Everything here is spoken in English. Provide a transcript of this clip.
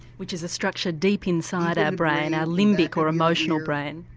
which is structure deep inside our brain, our limbic or emotional brain.